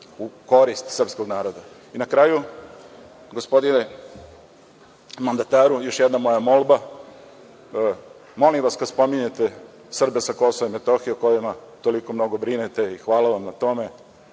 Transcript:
u korist srpskog naroda. Na kraju, gospodine mandataru, još jedna moja molba. Molim vas, kad spominjete Srbe sa Kosova i Metohije, o kojima toliko mnogo brinete i hvala vam na tome,